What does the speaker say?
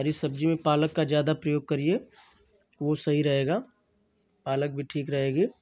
हरी सब्ज़ी में पालक का ज़्यादा प्रयोग करिए वह सही रहेगा पालक भी ठीक रहेगा